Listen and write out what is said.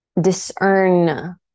discern